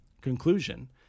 Conclusion